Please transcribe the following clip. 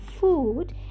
food